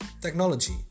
Technology